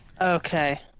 Okay